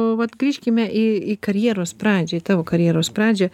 vat grįžkime į į karjeros pradžią į tavo karjeros pradžią